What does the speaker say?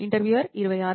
interviewer 26